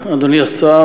אדוני השר,